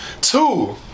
Two